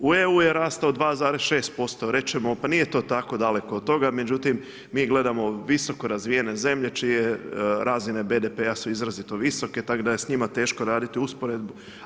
U EU je rastao 2,6% reći ćemo pa nije to tako daleko od toga, međutim mi gledamo visokorazvijene zemlje čije razine BDP-a su izrazito visoke tako da je s njima teško raditi usporedbu.